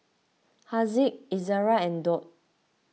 Haziq Izzara and Daud